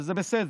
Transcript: וזה בסדר,